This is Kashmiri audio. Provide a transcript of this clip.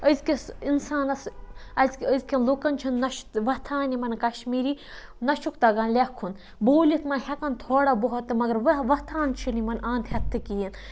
أزکِس اِنسانَس أز أزکٮ۪ن لُکَن چھُنہٕ نہ چھُ وۄتھان یِمَن کَشمیٖری نہَ چھُکھ تَگان لیٚکُھن بوٗلِتھ مہَ ہیٚکَان تھوڑا بہت مگر وۄتھان چھُنہٕ یِمَن اَنٛد ہیٚتھٕے کِہِیٖنۍ